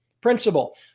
principle